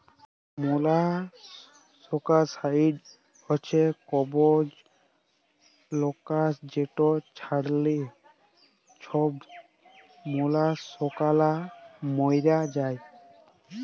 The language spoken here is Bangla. মলাসকাসাইড হছে কমবজ লাসক যেট ছড়াল্যে ছব মলাসকালা ম্যইরে যায়